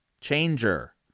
changer